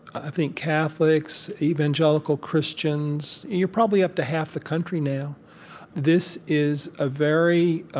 i think, catholics, evangelical christians you're probably up to half the country now this is a very